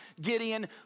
Gideon